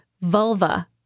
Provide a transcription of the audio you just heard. vulva